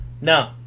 No